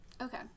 okay